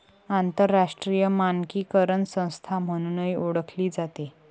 आंतरराष्ट्रीय मानकीकरण संस्था म्हणूनही ओळखली जाते